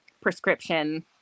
prescription